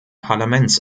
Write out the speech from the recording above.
parlaments